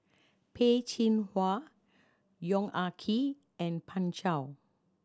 Peh Chin Hua Yong Ah Kee and Pan Shou